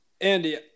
Andy